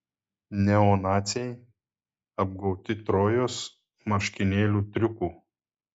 neonaciai apgauti trojos marškinėlių triuku